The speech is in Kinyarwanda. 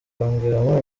kongeramo